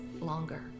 longer